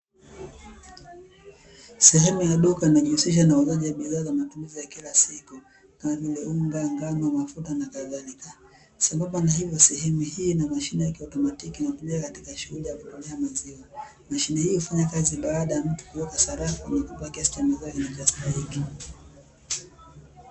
Sehemu ya duka linalojihusisha na uuzaji wa bidhaa za matumizi ya kila siku kama vile unga, ngano, mafuta na kadhalika, sambamba na hivyo sehemu hii ina mashine yakiautomatiki inayotumika katika shughuli ya kupimia maziwa, mashine hiyo hufanya kazi baada ya mtu kuweka sarafu kwenye kuponi ya kiasi cha maziwa kinachostahiki.